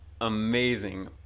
amazing